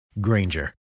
Granger